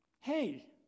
Hey